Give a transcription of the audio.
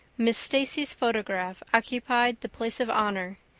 miss stacy's photograph occupied the place of honor,